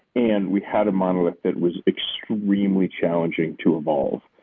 and we had a monolith that was extremely challenging to evolve.